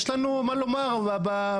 יש לנו מה לומר בחוק.